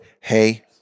hey